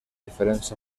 diferents